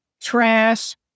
trash